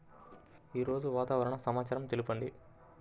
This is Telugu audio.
ఈరోజు వాతావరణ సమాచారం తెలుపండి